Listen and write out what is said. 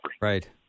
Right